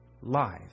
life